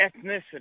ethnicity